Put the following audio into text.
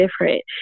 different